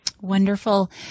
Wonderful